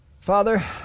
Father